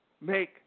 make